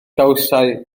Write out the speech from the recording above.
gawsai